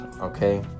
okay